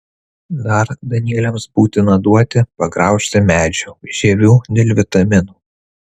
dar danieliams būtina duoti pagraužti medžių žievių dėl vitaminų